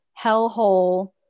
hellhole